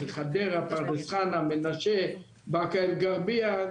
זה חדרה, פרדס חנה, מנשה, באקה אל גרבייה.